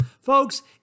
Folks